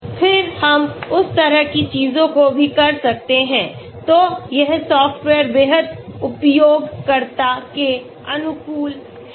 फिर हम उस तरह की चीजों को भी कर सकते हैं तो यह सॉफ्टवेयर बेहद उपयोगकर्ता के अनुकूल है